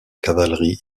cavalerie